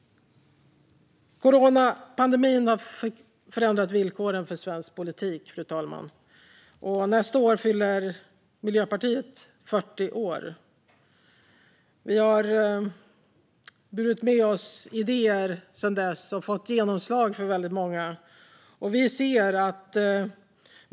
Coronapandemin har förändrat villkoren för svensk politik, fru talman. Nästa år fyller Miljöpartiet 40 år. Vi har burit med oss idéer och fått genomslag för många av dem.